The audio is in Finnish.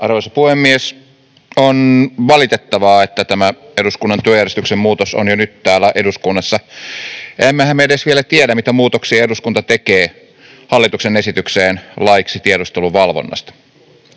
Arvoisa puhemies! On valitettavaa, että tämä eduskunnan työjärjestyksen muutos on jo nyt täällä eduskunnassa. Emmehän me edes vielä tiedä, mitä muutoksia eduskunta tekee hallituksen esitykseen laiksi tiedusteluvalvonnasta.